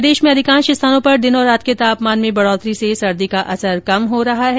प्रदेश में अधिकांश स्थानों पर दिन और रात के तापमान में बढ़ोतरी से सर्दी का असर कम हुआ है